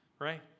right